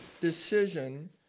decision